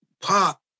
Pop